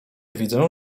widzę